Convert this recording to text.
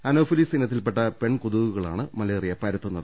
Anopheles ഇനത്തിൽപെട്ട പെൺ കൊതുകുകളാണ് മലേറിയ പരത്തുന്നത്